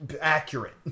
Accurate